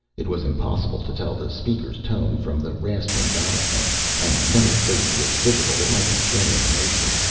it was impossible to tell the speaker's tone from the rasping diaphragm, and no face was visible that might betray an emotion.